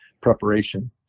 preparation